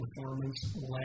performance